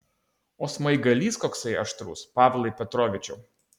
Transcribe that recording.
o smaigalys koksai aštrus pavlai petrovičiau